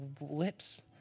lips